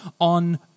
on